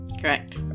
Correct